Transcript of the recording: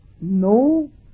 no